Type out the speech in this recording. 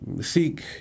seek